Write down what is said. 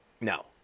No